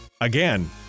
Again